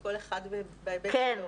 כל אחד בהיבט שלו.